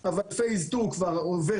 היק"ר, אבל האפדיולקס את המחקרים שחברת GW עשתה,